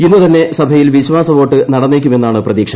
ഇന്ന് തന്നെ സഭയിൽ വിശ്വാസവോട്ട് നടന്നേക്കുമെന്നാണ് പ്രതീക്ഷ